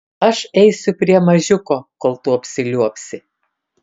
aš eisiu prie mažiuko kol tu apsiliuobsi